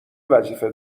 وظیفه